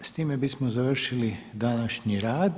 S time bismo završili današnji rad.